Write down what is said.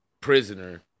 prisoner